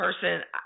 person